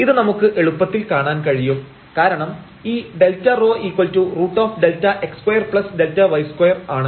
ഇത് നമുക്ക് എളുപ്പത്തിൽ കാണാൻ കഴിയും കാരണം ഈ Δρ√Δx2Δy2 ആണ്